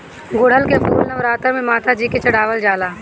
गुड़हल के फूल नवरातन में माता जी के चढ़ावल जाला